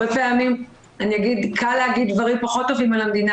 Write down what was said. הרבה פעמים קל להגיד דברים פחות טובים על המדינה,